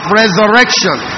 resurrection